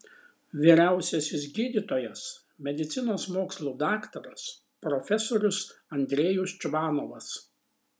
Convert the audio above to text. vyriausiasis gydytojas medicinos mokslų daktaras profesorius andrejus čvanovas